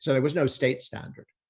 so there was no state standard.